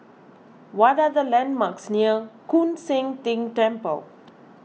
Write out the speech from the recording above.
what are the landmarks near Koon Seng Ting Temple